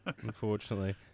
unfortunately